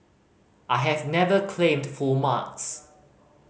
I have never claimed full marks